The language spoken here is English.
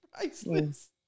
Priceless